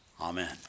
Amen